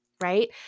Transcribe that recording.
right